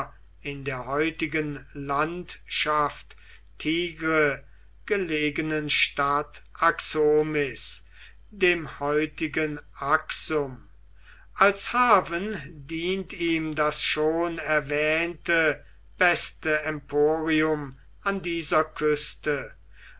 in der heutigen landschaft tigre gelegenen stadt axomis dem heutigen aksum als hafen dient ihm das schon erwähnte beste emporium an dieser küste